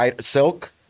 Silk